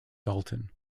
dalton